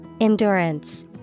Endurance